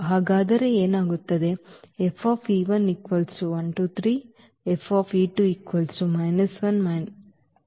ಹಾಗಾದರೆ ಏನಾಗುತ್ತದೆ